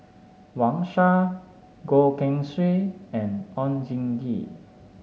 Wang Sha Goh Keng Swee and Oon Jin Gee